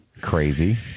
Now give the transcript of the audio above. crazy